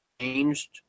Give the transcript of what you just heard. Changed